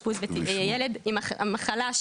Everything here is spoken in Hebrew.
ילד עם מחלה,